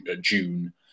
June